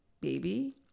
baby